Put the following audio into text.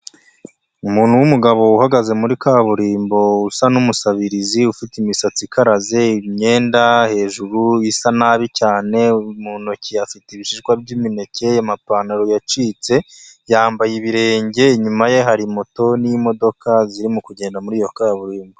Umuntu w'umugabo uhagaze muri kaburimbo usa n'umusabirizi, ufite imisatsi ikaraze, imyenda hejuru isa nabi cyane, mu ntoki afite ibishishwa by'imineke, amapantaro yacitse, yambaye ibirenge, inyuma ye hari moto n'imodoka, zirimo kugenda muri iyo kaburimbo.